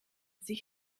sich